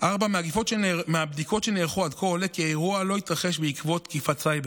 היו פקודות להניף את הדגלים.